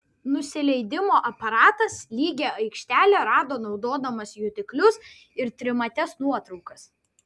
nusileidimo aparatas lygią aikštelę rado naudodamas jutiklius ir trimates nuotraukas